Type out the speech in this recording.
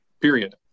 period